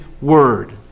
word